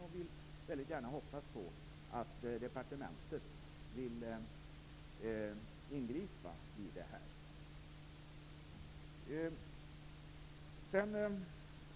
Jag vill väldigt gärna hoppas att departementet vill ingripa i detta ärende.